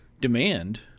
demand